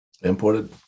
Imported